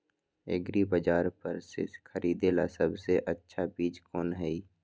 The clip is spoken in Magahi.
एग्रिबाजार पर से खरीदे ला सबसे अच्छा चीज कोन हई?